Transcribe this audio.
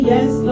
Yes